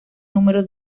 número